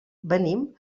venim